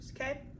okay